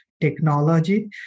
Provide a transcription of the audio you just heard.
technology